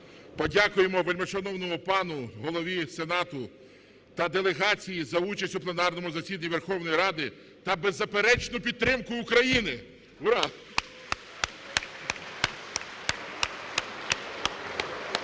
подякуємо вельмишановному пану Голові Сенату та делегації за участь у пленарному засіданні Верховної Ради та беззаперечну підтримку України.